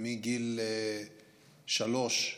מגיל שלוש,